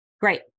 Great